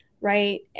right